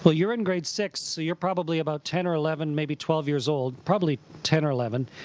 so you're in grade six, so you're probably about ten or eleven, maybe twelve years old, probably ten or eleven.